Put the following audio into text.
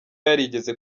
yarigeze